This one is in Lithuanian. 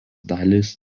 dalys